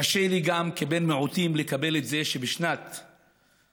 קשה לי, גם כבן מיעוטים, לקבל את זה שבשנת 2018,